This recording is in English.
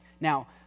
Now